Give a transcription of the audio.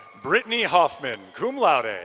brittany hoffman, cum laude. and